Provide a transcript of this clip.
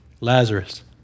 Lazarus